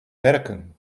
werken